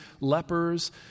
lepers